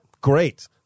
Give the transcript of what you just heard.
great